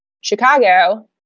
Chicago